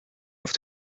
auf